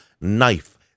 knife